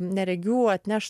neregių atneš